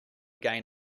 gain